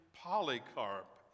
Polycarp